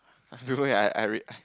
I don't know eh I I real~ I